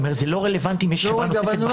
זה לא רלבנטי אם יש חברה נוספת.